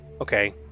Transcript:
okay